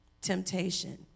temptation